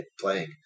playing